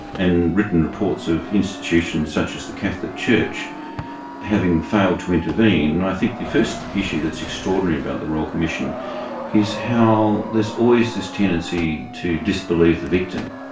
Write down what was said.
and written reports of institutions such as the catholic church having failed to intervene, and i think the first issue that's extraordinary about the royal commission is how there's always this tendency to disbelieve the victim.